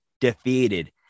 defeated